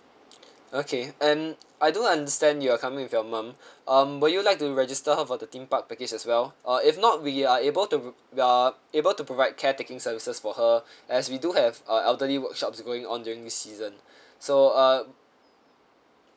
okay and I do understand you are coming with your mom um would you like to register her for the theme park package as well uh if not we are able to we are able to provide care taking services for her as we do have uh elderly workshops going on during this season so uh